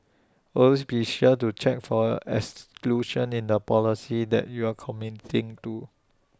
always be sure to check for exclusions in the policy that you are committing to